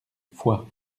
foix